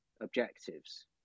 objectives